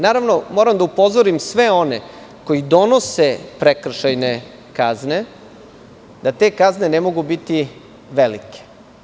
Naravno, moram da upozorim sve one koji donose prekršajne kazne, da te kazne ne mogu biti velike.